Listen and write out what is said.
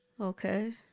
Okay